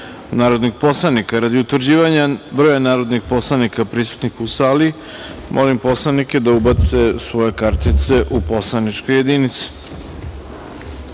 narodnih poslanika. Radi utvrđivanja broja narodnih poslanika prisutnih u sali, molim poslanike da ubace svoje kartice u poslaničke jedinice